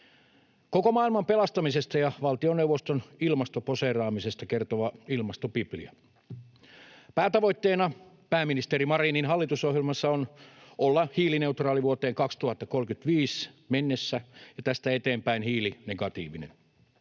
koko maailman pelastamisesta ja valtioneuvoston ilmastoposeeraamisesta kertova ilmastopiplia. Päätavoitteena pääministeri Marinin hallitusohjelmassa on olla hiilineutraali vuoteen 2035 mennessä ja tästä eteenpäin hiilinegatiivinen,